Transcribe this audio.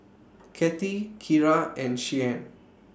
Cathi Kira and Shianne